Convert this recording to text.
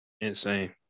Insane